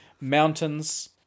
Mountains